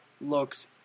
looks